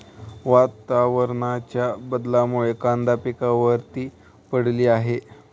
वातावरणाच्या बदलामुळे कांदा पिकावर ती पडली आहे